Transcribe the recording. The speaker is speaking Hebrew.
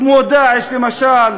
כמו "דאעש" למשל,